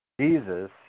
Jesus